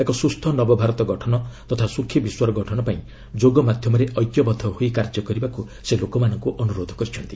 ଏକ ସୁସ୍ଥ ନବଭାରତ ଗଠନ ତଥା ସୁଖୀ ବିଶ୍ୱର ଗଠନପାଇଁ ଯୋଗ ମାଧ୍ୟମରେ ଐକ୍ୟବଦ୍ଧ ହୋଇ କାର୍ଯ୍ୟ କରିବାକୁ ସେ ଲୋକମାନଙ୍କୁ ଅନୁରୋଧ କରିଛନ୍ତି